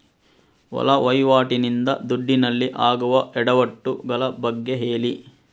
ಒಳ ವಹಿವಾಟಿ ನಿಂದ ದುಡ್ಡಿನಲ್ಲಿ ಆಗುವ ಎಡವಟ್ಟು ಗಳ ಬಗ್ಗೆ ಹೇಳಿ